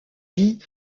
vie